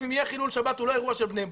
אם יהיה חילול שבת הוא לא אירוע של בני ברק.